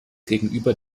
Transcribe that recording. gegenüber